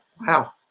wow